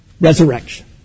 resurrection